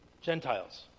Gentiles